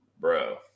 bro